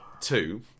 Two